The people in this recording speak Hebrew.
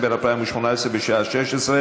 הרווחה והבריאות להכנה לקריאה שנייה ושלישית.